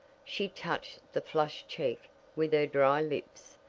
she touched the flushed cheek with her dry lips.